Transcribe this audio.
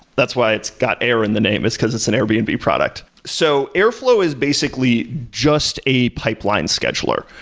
that's why it's got air in the name is because it's an airbnb product. so airflow is basically just a pipeline scheduler,